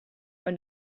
when